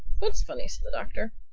what's funny? asked the doctor.